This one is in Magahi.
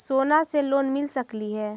सोना से लोन मिल सकली हे?